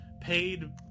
paid